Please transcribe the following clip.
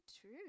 true